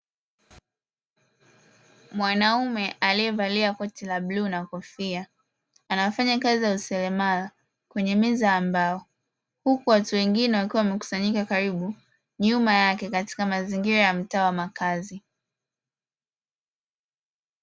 Mwanaume aliyevalia koti la bluu na kofia, anafanya kazi ya useremala kwenye meza ya mbao, huku watu wengine wakiwa wamekusanyika karibu, nyuma yake katika mazingira ya mtaa wa makazi.